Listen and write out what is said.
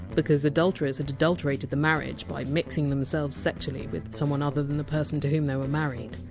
because adulterers had adulterated the marriage by mixing themselves sexually with someone other than the person to whom they were married.